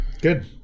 Good